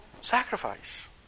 sacrifice